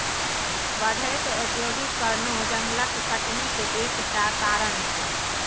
बढ़ैत औद्योगीकरणो जंगलक कटनीक एक टा कारण छै